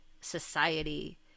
society